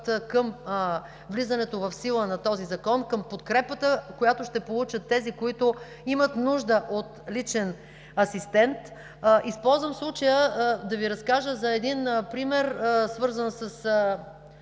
към влизането в сила на този закон, към подкрепата, която ще получат тези, които имат нужда от личен асистент. Използвам случая да Ви разкажа за един пример, свързан с